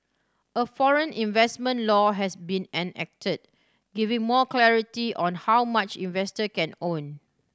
a foreign investment law has been enacted giving more clarity on how much investor can own